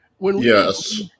Yes